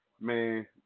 man